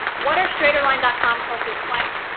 what are straighterline dot com courses like?